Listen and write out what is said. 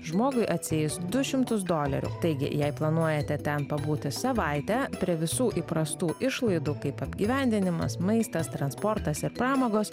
žmogui atsieis du šimtus dolerių taigi jei planuojate ten pabūti savaitę prie visų įprastų išlaidų kaip apgyvendinimas maistas transportas ir pramogos